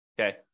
okay